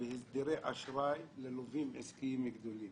והסדרי אשראי ללווים עסקיים גדולים.